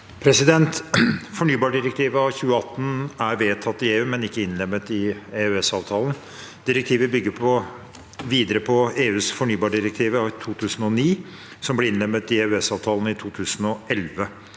Fornybardirek- tivet av 2018 er vedtatt i EU, men ikke innlemmet i EØS-avtalen. Direktivet bygger videre på EUs fornybardirektiv av 2009, som ble innlemmet i EØS-avtalen i 2011.